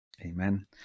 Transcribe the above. amen